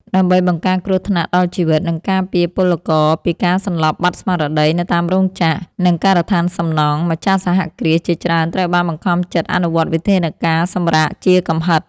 ដើម្បីបង្ការគ្រោះថ្នាក់ដល់ជីវិត និងការពារកម្មករពីការសន្លប់បាត់ស្មារតីនៅតាមរោងចក្រ និងការដ្ឋានសំណង់ ម្ចាស់សហគ្រាសជាច្រើនត្រូវបានបង្ខំចិត្តអនុវត្តវិធានការសម្រាកជាកំហិត។